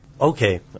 Okay